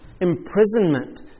imprisonment